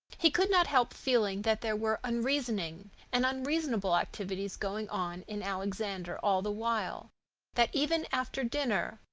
he could not help feeling that there were unreasoning and unreasonable activities going on in alexander all the while that even after dinner,